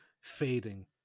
fading